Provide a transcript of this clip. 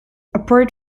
apart